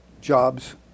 jobs